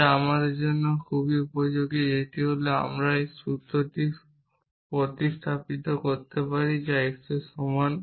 যা আমাদের জন্য খুবই উপযোগী যেটি হল যে আমি এই সূত্রটি প্রতিস্থাপিত করতে পারি যা x এর সমান